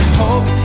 hope